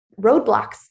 roadblocks